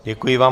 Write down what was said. Děkuji vám.